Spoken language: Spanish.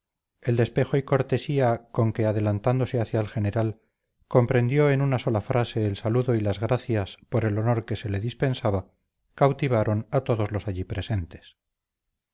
el despejo y cortesía con que adelantándose hacia el general compendió en una sola frase el saludo y las gracias por el honor que se le dispensaba cautivaron a todos los allí presentes